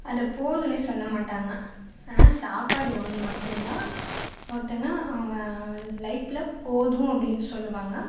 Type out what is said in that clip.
அதை போதுனே சொல்ல மாட்டாங்க அதனால் சாப்பாடு ஒன்று மட்டும் தான் ஒருத்தவங்க அவங்க லைஃப்பில் போதும் அப்படின் சொல்லுவாங்க